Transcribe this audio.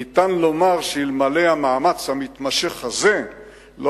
ניתן לומר שאלמלא המאמץ המתמשך הזה לא